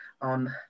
on